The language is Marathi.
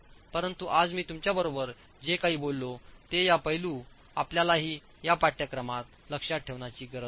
परंतु आज मी तुमच्याबरोबर जे काही बोललो ते या पैलू आपल्यालाही या पाठ्यक्रमात लक्षात ठेवण्याची गरज आहे